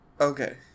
Okay